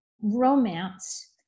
romance